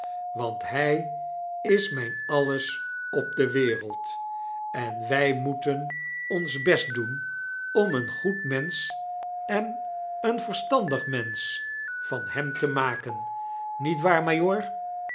want hij is mijn alles op de wereld en wij moeten ons best doen om een goed mensch en een verstandig mensch van hem te maken niet waar majoor